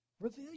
Reveal